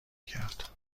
کرد